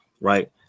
right